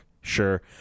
sure